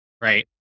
right